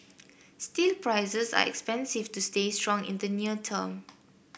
steel prices are expensive to stay strong in the near term